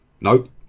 Nope